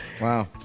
Wow